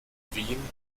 wien